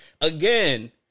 Again